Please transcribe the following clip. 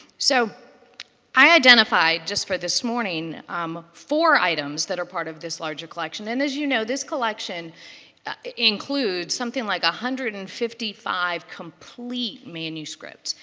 so i identified just for this morning um four items that are part of this larger collection. and as you know, this collection includes something like one ah hundred and fifty five complete manuscripts.